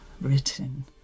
written